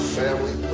family